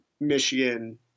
Michigan